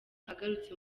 agarutse